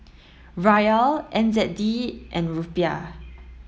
Riyal N Z D and Rupiah